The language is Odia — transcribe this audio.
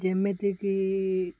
ଯେମିତିକି